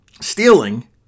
stealing